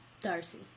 Darcy